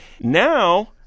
Now